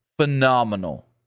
Phenomenal